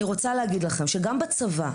אני רוצה להגיד לכם שאפילו בצבא,